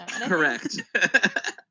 correct